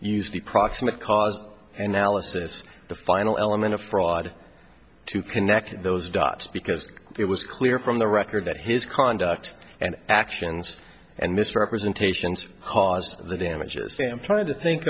the proximate cause and alice this the final element of fraud to connect those dots because it was clear from the record that his conduct and actions and misrepresentations caused the damage a stamp trying to think